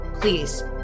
please